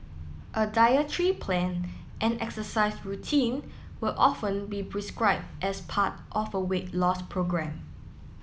a dietary plan and exercise routine will often be prescribed as part of a weight loss programme